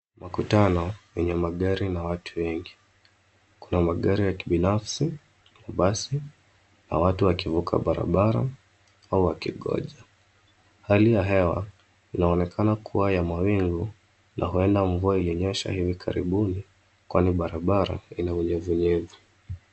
Makutano yenye magari na watu wengi. Kuna magari ya kibinafsi ,basi na watu wakivuka barabara au wakingoja. Hali ya hewa inaonekana kuwa ya mawingu na huenda mvua ilinyesha hivi karibuni kwani barabara aina unyevunyevu.